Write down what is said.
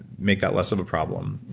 make that less of a problem,